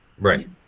Right